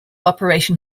operation